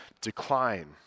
decline